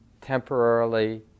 Temporarily